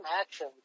action